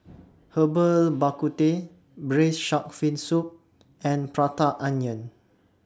Herbal Bak Ku Teh Braised Shark Fin Soup and Prata Onion